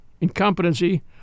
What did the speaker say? incompetency